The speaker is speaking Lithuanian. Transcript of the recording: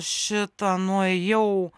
šita nuėjau